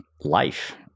life